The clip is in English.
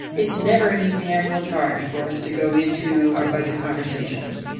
is never an easy annual charge for us to go into our budget conversations,